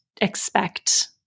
expect